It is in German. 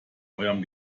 eurem